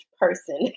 person